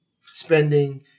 spending